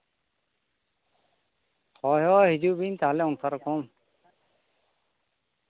ᱦᱳᱭ ᱦᱳᱭ ᱦᱤᱡᱩᱜ ᱵᱤᱱ ᱛᱟᱦᱚᱞᱮ ᱚᱱᱠᱟ ᱨᱚᱠᱚᱢ